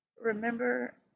Remember